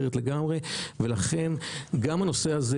לכן גם הנושא הזה,